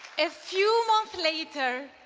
a few months later,